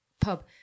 pub